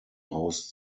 host